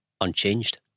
unchanged